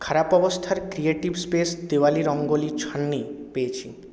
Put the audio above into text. খারাপ অবস্থার creative space Diwali rangoli ছান্নি পেয়েছি